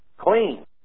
clean